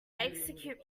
execute